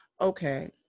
okay